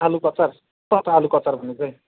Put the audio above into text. आलुको अचार कस्तो आलुको अचार भनेको चाहिँ